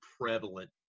prevalent